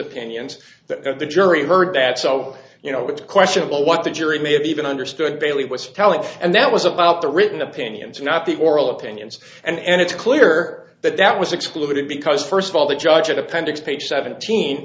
opinions that the jury heard that so you know it's questionable what the jury may have even understood bailey was telling and that was about the written opinions not the oral opinions and it's clear that that was excluded because first of all the judge appendix page seventeen